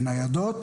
בניידות?